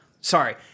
sorry